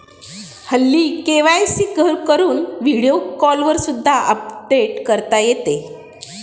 हल्ली के.वाय.सी घरून व्हिडिओ कॉलवर सुद्धा अपडेट करता येते